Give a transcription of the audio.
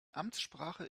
amtssprache